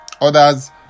others